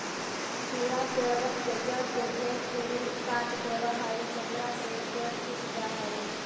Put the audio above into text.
कीड़ा पेड़बन के जड़ के ढेर तुरी काट देबा हई जेकरा से पेड़ सूख जा हई